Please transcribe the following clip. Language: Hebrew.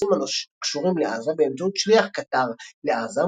בנושאים הקשורים לעזה באמצעות שליח קטאר לעזה,